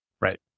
Right